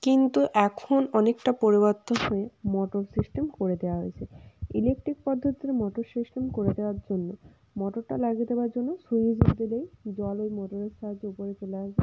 কিন্তু এখন অনেকটা পরিবর্তন হয়ে মোটর সিস্টেম করে দেওয়া হয়েছে ইলেকট্রিক পদ্ধতির মোটর সিস্টেম করে দেওয়ার জন্য মোটরটা লাগিয়ে দেওয়ার জন্য সুইচ দিলেই জল ওই মোটরের সাহায্যে উপরে চলে আসে